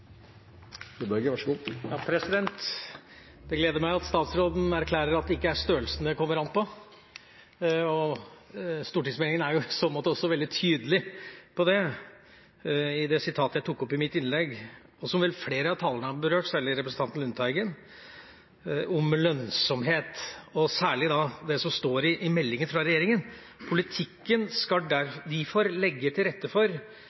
i så måte også veldig tydelig på det i det sitatet jeg tok opp i mitt innlegg – og som vel flere av talerne har berørt, særlig representanten Lundteigen – om lønnsomhet, og særlig det som står i meldinga fra regjeringa: «Politikken skal difor leggje til rette for